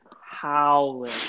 howling